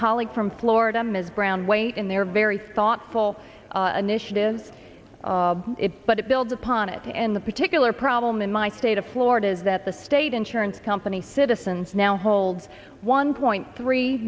colleague from florida ms brown weight in their very thoughtful initiatives it but it builds upon it and the particular problem in my state of florida is that the state insurance company citizens now holds one point three